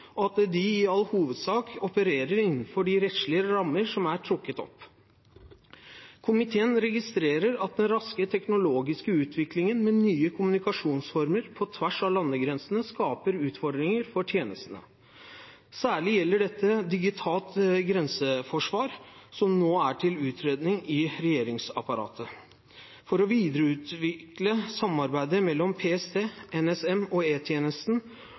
og at de i all hovedsak opererer innenfor de rettslige rammer som er trukket opp. Komiteen registrerer at den raske teknologiske utviklingen med nye kommunikasjonsformer på tvers av landegrensene skaper utfordringer for tjenestene. Særlig gjelder dette digitalt grenseforsvar, som nå er til utredning i regjeringsapparatet. For å videreutvikle samarbeidet mellom PST, NSM og